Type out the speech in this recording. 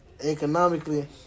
Economically